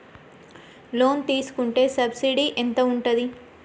Loan తీసుకుంటే subsidy ఎంత ఉంటది?